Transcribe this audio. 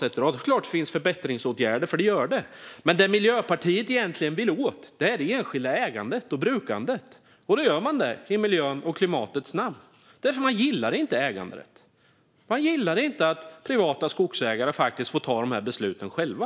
Givetvis kan man göra förbättringar, men det Miljöpartiet egentligen vill komma åt är det enskilda ägandet och brukandet, och det gör man i miljöns och klimatets namn. Man gillar inte äganderätten och att privata skogsägare får ta dessa beslut själva.